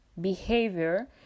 behavior